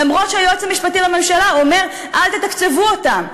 למרות שהיועץ המשפטי לממשלה אומר: אל תתקצבו אותם,